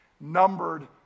numbered